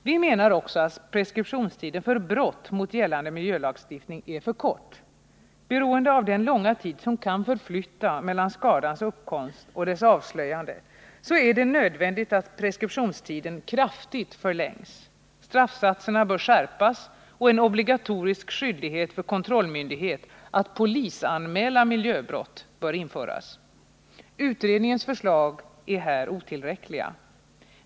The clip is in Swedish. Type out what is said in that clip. Vi menar också att preskriptionstiden för brott mot gällande miljölagstiftning är för kort. Beroende av den långa tid som kan förflyta mellan skadans uppkomst och dess avslöjande är det nödvändigt att preskriptionstiden kraftigt förlängs. Straffsatserna bör skärpas och en obligatorisk skyldighet för kontrollmyndighet att polisanmäla miljöbrott bör införas. Utredningens förslag är här otillräckliga.